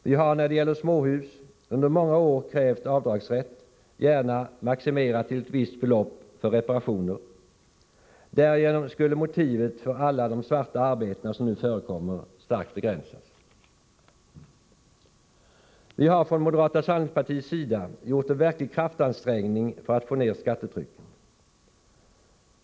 Vi har, när det gäller småhus, under många år krävt avdragsrätt för reparationer, gärna maximerad till ett visst belopp. Därigenom skulle motivet för alla de svarta arbeten som nu förekommer starkt begränsas. Från moderata samlingspartiets sida har vi gjort en verklig kraftansträngning för att få ner skattetrycket.